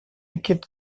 wicked